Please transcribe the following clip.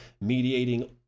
mediating